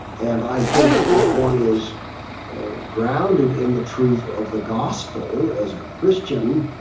and i think, if one is grounded in the truth of the gospel as a christian,